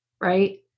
right